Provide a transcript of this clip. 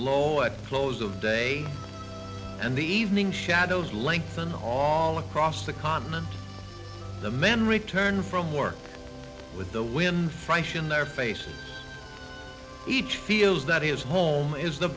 lot closer of day and the evening shadows lengthen all across the continent the men return from work with the wind fresh in their faces each feels that his home is the